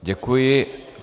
Děkuji.